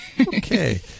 okay